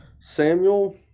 Samuel